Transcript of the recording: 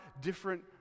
different